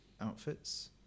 outfits